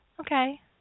Okay